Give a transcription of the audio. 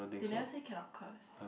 they never say cannot curse